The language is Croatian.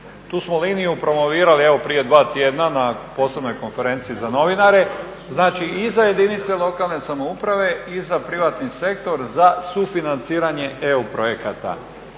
Tu smo liniju promovirali eo prije 2 tjedna na posebnoj konferenciji za novinare, znači i za jedinice lokalne samouprave i za privatni sektor za sufinanciranje eu projekata.